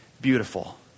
beautiful